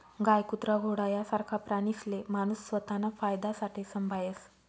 गाय, कुत्रा, घोडा यासारखा प्राणीसले माणूस स्वताना फायदासाठे संभायस